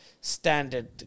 standard